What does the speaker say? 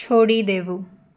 છોડી દેવું